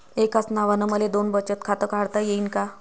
एकाच नावानं मले दोन बचत खातं काढता येईन का?